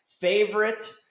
favorite